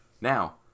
Now